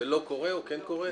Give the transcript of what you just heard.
ולא קורה, או כן קורה?